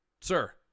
Sir